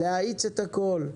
להאיץ את הכול.